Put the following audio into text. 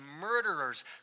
murderers